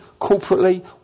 corporately